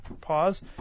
pause